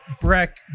Breck